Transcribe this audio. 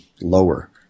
lower